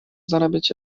zarabiać